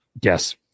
Yes